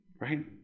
right